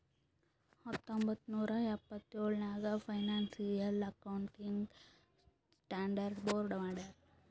ಹತ್ತೊಂಬತ್ತ್ ನೂರಾ ಎಪ್ಪತ್ತೆಳ್ ನಾಗ್ ಫೈನಾನ್ಸಿಯಲ್ ಅಕೌಂಟಿಂಗ್ ಸ್ಟಾಂಡರ್ಡ್ ಬೋರ್ಡ್ ಮಾಡ್ಯಾರ್